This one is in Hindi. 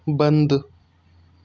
बंद